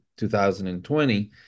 2020